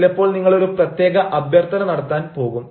ചിലപ്പോൾ നിങ്ങൾ ഒരു പ്രത്യേക അഭ്യർത്ഥന നടത്താൻ പോകും